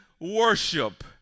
Worship